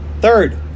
Third